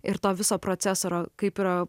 ir to viso procesoro kaip yra